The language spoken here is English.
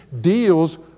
deals